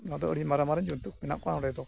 ᱟᱫᱚ ᱟᱹᱰᱤ ᱢᱟᱨᱟᱝ ᱢᱟᱨᱟᱝ ᱡᱩᱱᱛᱩ ᱢᱮᱱᱟᱜ ᱠᱚᱣᱟ ᱚᱸᱰᱮ ᱫᱚ